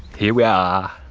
here we are.